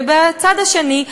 ומהצד השני,